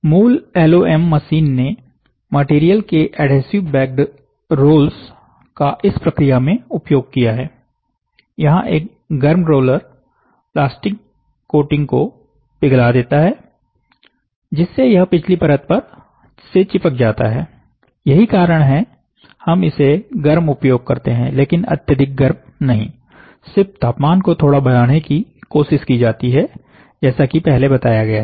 मूल LOM machine ने material के एडहेसिव बैक्ड़ रोल्स का इस प्रक्रिया में उपयोग किया है यहां एक गर्म रोलर प्लास्टिक कोटिंग को पिघला देता हैं जिससे यह पिछली परत पर से चिपक जाता है यही कारण है हम इसे गर्म उपयोग करते हैं लेकिन अत्यधिक गर्म नहीं सिर्फ तापमान को थोड़ा बढ़ाने की कोशिश की जाती है जैसा कि पहले बताया गया हैं